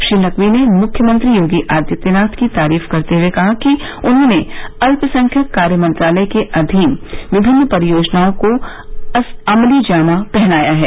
श्री नकवी ने मुख्यमंत्री योगी आदित्यनाथ की तारीफ करते हुए कहा कि उन्होंने अल्पसंख्यक कार्य मंत्रालय के अधीन विभिन्न परियोजनाओं को अमली जामा पहनाया है